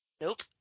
nope